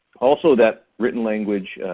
also that written language